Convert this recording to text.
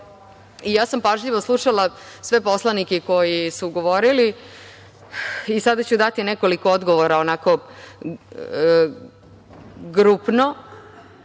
Ja sam pažljivo slušala sve poslanike koji su govorili i sada ću dati nekoliko odgovora onako grupno